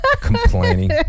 Complaining